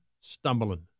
stumbling